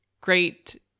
great